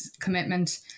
commitment